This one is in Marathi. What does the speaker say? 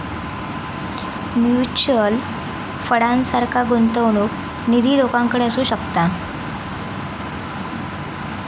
म्युच्युअल फंडासारखा गुंतवणूक निधी लोकांकडे असू शकता